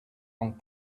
long